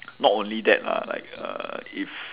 not only that lah like uh if